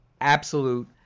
absolute